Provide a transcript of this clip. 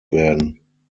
werden